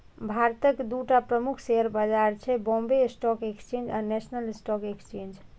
भारतक दूटा प्रमुख शेयर बाजार छै, बांबे स्टॉक एक्सचेंज आ नेशनल स्टॉक एक्सचेंज